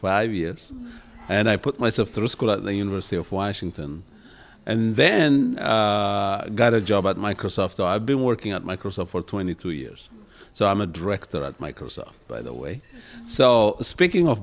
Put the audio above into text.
five years and i put myself through school at the university of washington and then got a job at microsoft so i've been working at microsoft for twenty two years so i'm a drifter at microsoft by the way so speaking of